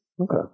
Okay